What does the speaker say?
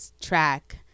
track